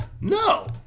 No